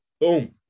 boom